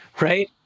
right